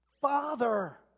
Father